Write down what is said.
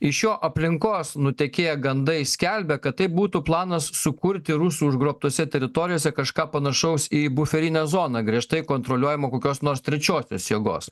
iš jo aplinkos nutekėję gandai skelbia kad tai būtų planas sukurti rusų užgrobtose teritorijose kažką panašaus į buferinę zoną griežtai kontroliuojamą kokios nors trečiosios jėgos